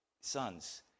sons